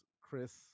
Chris